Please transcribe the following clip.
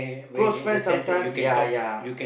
close friends sometimes ya ya